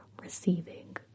receiving